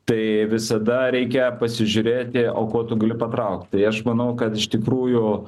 tai visada reikia pasižiūrėti o kuo tu gali patraukt tai aš manau kad iš tikrųjų